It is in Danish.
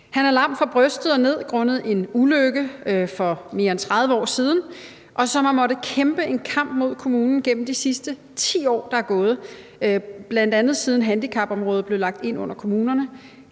som er lam fra brystet og ned grundet en ulykke for mere end 30 år siden, og som har måttet kæmpe en kamp mod kommunen igennem de sidste 10 år, der er gået, bl.a. siden handicapområdet blev lagt ind under kommunerne